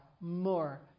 more